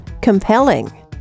compelling